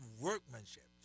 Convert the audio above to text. workmanship